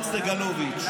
מר סגלוביץ'.